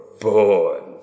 born